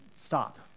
stop